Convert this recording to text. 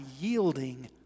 yielding